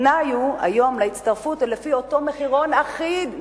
התנאי להצטרפות היום הוא לפי אותו מחירון אחיד,